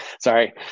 Sorry